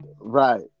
Right